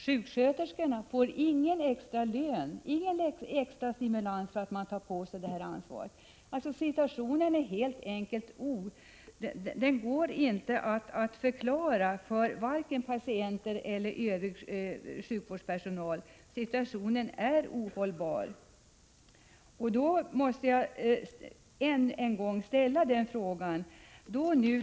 Sjuksköterskorna får inte någon extra lön eller någon annan extra stimulans för att de tar på sig detta ansvar. Situationen är ohållbar. Den går inte att förklara för vare sig patienter eller övrig sjukvårdspersonal.